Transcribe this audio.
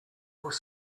were